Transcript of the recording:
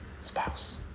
spouse